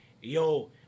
yo